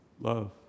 love